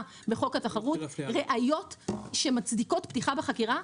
בחוק התחרות ראיות שמצדיקות פתיחה בחקירה,